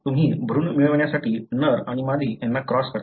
तुम्ही भ्रूण मिळवण्यासाठी नर आणि मादी यांना क्रॉस करता